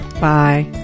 Bye